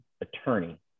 attorney